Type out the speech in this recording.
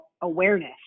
awareness